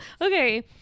Okay